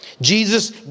Jesus